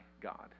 God